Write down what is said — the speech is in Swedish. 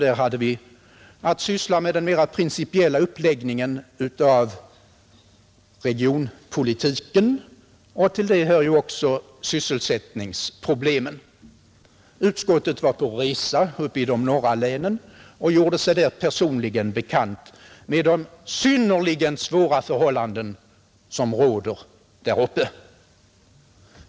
Där hade vi att syssla med den mera principiella uppläggningen av regionpolitiken, och till det hör ju också sysselsättningsproblemet. Utskottsledamöterna var på resa i de norra länen och gjorde sig där personligen bekanta med de synnerligen svåra förhållanden som råder där uppe.